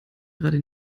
gerade